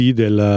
del